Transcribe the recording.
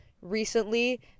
recently